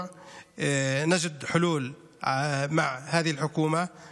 ואנחנו מנסים לדבר עם כל מי שאחראי